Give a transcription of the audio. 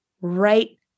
right